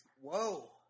Whoa